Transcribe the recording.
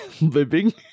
living